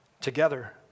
Together